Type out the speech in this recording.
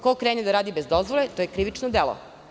Ko krene da radi bez dozvole to je krivično delo.